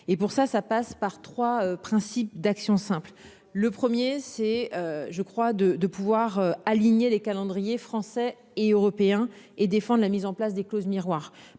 et pour ça, ça passe par 3 principes d'action simple le 1er c'est je crois de, de pouvoir aligner les calendriers français et européens et défendent la mise en place des clauses miroirs